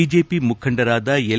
BJP ಮುಖಂಡರಾದ L